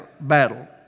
battle